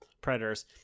Predators